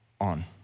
on